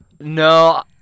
no